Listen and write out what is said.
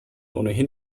ohnehin